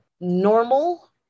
normal